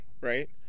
right